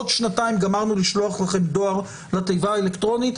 עוד שנתיים גמרנו לשלוח לכם דואר לתיבה האלקטרונית?